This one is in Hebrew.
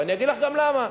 ואני אגיד לך גם למה.